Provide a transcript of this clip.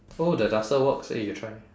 oh the duster works eh you try